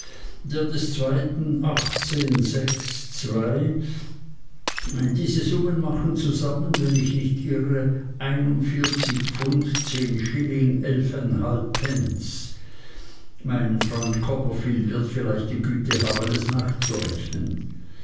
der des zweiten achtzehn sechs zwei dieses summen machen zusammen wenn ich nicht irre einundvierzig pfund zehn schilling pence mein freund copperfield wird vielleicht die güte haben es nachzurechnen